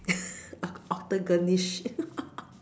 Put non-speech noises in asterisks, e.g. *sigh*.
*laughs* octogonish *laughs*